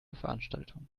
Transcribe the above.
veranstaltung